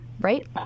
right